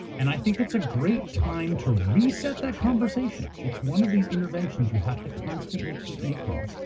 and i think it's a great time to reset that conversation. it's one of these interventions you have to constantly keep making.